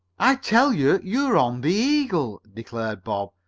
i tell you you're on the eagle, declared bob.